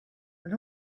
and